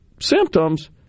symptoms